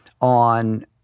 on